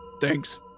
thanks